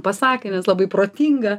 pasakė nes labai protinga